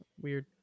Weird